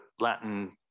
Latin